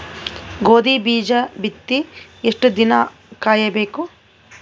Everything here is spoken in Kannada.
ಗೋಧಿ ಬೀಜ ಬಿತ್ತಿ ಎಷ್ಟು ದಿನ ಕಾಯಿಬೇಕು?